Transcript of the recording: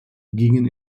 gingen